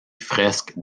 fresques